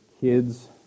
kids